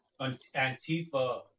Antifa